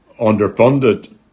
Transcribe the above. underfunded